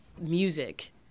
music—